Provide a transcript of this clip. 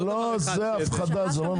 זאת הפחדה.